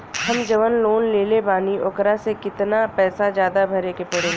हम जवन लोन लेले बानी वोकरा से कितना पैसा ज्यादा भरे के पड़ेला?